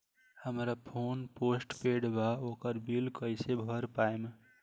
हमार phone postpaid बा ओकर बिल कईसे भर पाएम?